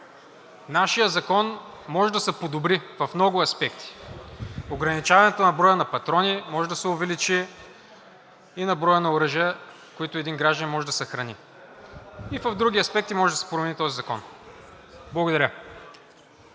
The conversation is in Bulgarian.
нашият закон може да се подобри в много аспекти: ограничаването на броя на патрони може да се увеличи и на броя на оръжия, които един гражданин може да съхрани, и в други аспекти може да се промени този закон. Благодаря.